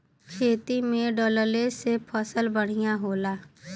खेती में डलले से फसल बढ़िया होला